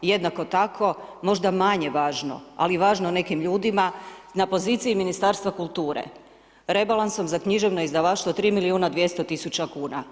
Jednako tako, možda manje važno ali važno nekim ljudima na poziciji Ministarstva kulture rebalansom za književno izdavaštvo 3 milijuna 200 tisuća kuna.